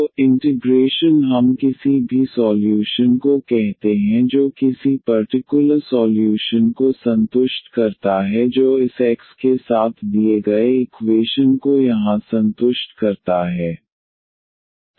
तो इंटिग्रेशन हम किसी भी सॉल्यूशन को कहते हैं जो किसी पर्टिकुलर सॉल्यूशन को संतुष्ट करता है जो इस x के साथ दिए गए इक्वेशन को यहाँ संतुष्ट करता है